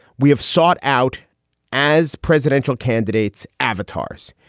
we have sought out as presidential candidates, avatars,